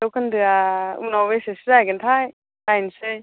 जौखोन्दोआ उनाव बेसेसो जाहैगोनथाय नायनोसै